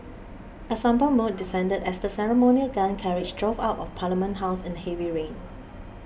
a sombre mood descended as the ceremonial gun carriage drove out of Parliament House in the heavy rain